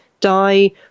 die